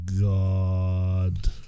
god